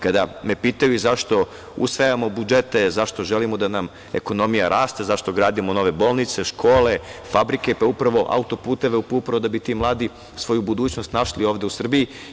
Kada me pitaju zašto usvajamo budžete, zašto želimo da nam ekonomija raste, zašto gradimo nove bolnice, škole, fabrike, auto-puteve, upravo da bi ti mladi svoju budućnost našli ovde u Srbiji.